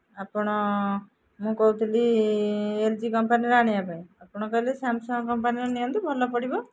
ଆପଣ ମୁଁ କହୁଥିଲି ଏଲ୍ ଜି କମ୍ପାନୀର ଆଣିବା ପାଇଁ ଆପଣ କହିଲେ ସାମ୍ସଙ୍ଗ୍ କମ୍ପାନୀର ନିଅନ୍ତୁ ଭଲ ପଡ଼ିବ